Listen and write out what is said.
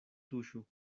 tuŝu